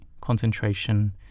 concentration